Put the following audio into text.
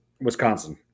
Wisconsin